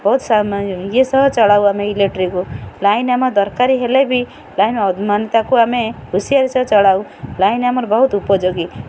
ବହୁତ ଇଏ ସହ ଚଳାଉ ଆମେ ଇଲେକ୍ଟ୍ରିକ୍କୁ ଲାଇନ୍ ଆମର ଦରକାରୀ ହେଲେ ବି ଲାଇନ୍ ମାନେ ତାକୁ ଆମେ ହୁସିଆରି ସହ ଚଳାଉ ଲାଇନ୍ ଆମର ବହୁତ ଉପଯୋଗୀ